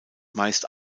meist